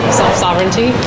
self-sovereignty